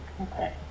Okay